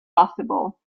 possible